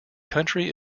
country